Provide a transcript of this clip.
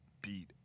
beat